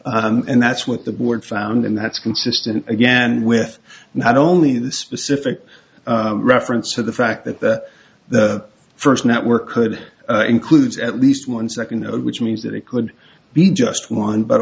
map and that's what the board found and that's consistent again with not only the specific reference to the fact that the first network could includes at least one second which means that it could be just one but